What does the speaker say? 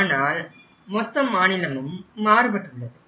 ஆனால் மொத்த மாநிலமும் மாறுபட்டுள்ளது